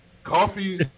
Coffee